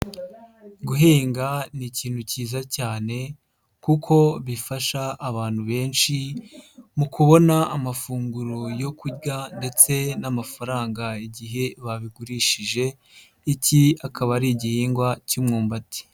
Guhinga ni ikintu cyiza cyane kuko bifasha abantu benshi mu kubona amafunguro yo kurya ndetse n'amafaranga igihe babigurishije iki akaba ari igihingwa cy'imwumbati.